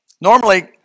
Normally